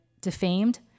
defamed